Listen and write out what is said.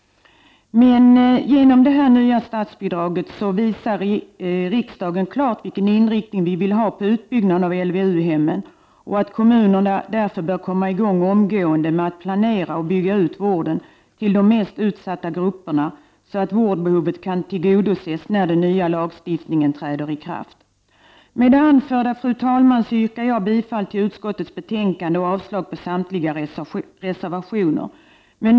Genom det nya statsbidraget visar riksdagen klart vilken inriktning vi vill ha på utbyggnaden av LVU-hemmen. Kommunerna bör därför omgående komma i gång med att planera och bygga ut vården för de mest utsatta grupperna så att vårdbehovet kan tillgodoses när den nya lagstiftningen träder i kraft. Med det anförda, fru talman, yrkar jag bifall till utskottets hemställan och avslag på samtliga reservationer.